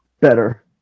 better